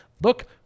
Look